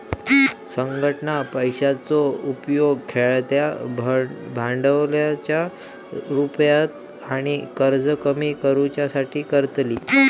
संघटना पैशाचो उपेग खेळत्या भांडवलाच्या रुपात आणि कर्ज कमी करुच्यासाठी करतली